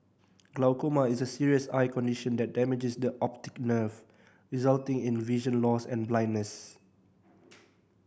glaucoma is a serious eye condition that damages the optic nerve resulting in vision loss and blindness